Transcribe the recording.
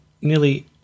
nearly